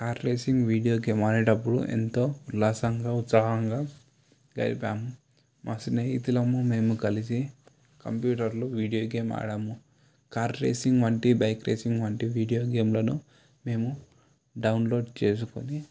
car racing video game ఆడేటప్పుడు ఎంతో ఉల్లాసంగా ఉత్సహంగా గడిపాము మా స్నేహితులము మేము కలిసి కంప్యూటర్లో వీడియో గేమ్ను ఆడాము కార్ రేసింగ్ వంటి బైక్ రేసింగ్ వంటి వీడియో గేమ్లను మేము డౌన్లోడ్ చేసుకొని